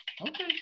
Okay